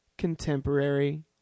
contemporary